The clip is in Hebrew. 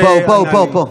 הוא פה, הוא פה.